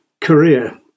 career